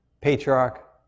patriarch